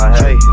hey